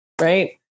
right